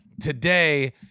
Today